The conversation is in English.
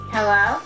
Hello